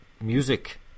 music